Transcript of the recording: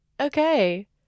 Okay